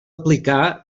aplicar